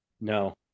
No